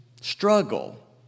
struggle